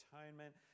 atonement